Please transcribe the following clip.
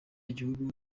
igihugu